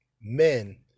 men